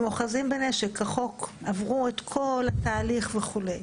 הם אוחזים בנשק כחוק, הם עברו את כל התהליך וכולי,